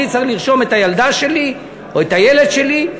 אני צריך לרשום את הילדה שלי או את הילד שלי,